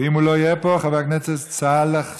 ואם הוא לא יהיה פה, חבר הכנסת סאלח סעד.